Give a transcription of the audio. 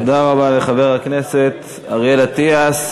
תודה רבה לחבר הכנסת אריאל אטיאס.